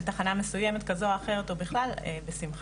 תחנה מסוימת כזו או אחרת או בכלל בשמחה.